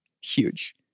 huge